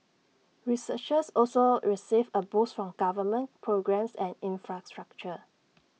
researchers also received A boost from government programmes and infrastructure